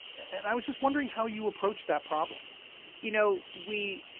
and i was just wondering how you approach that problem you know, we